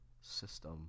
system